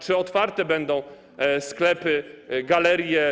Czy otwarte będą sklepy, galerie?